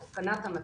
את התקנת המצלמות,